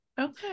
Okay